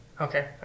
okay